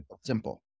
simple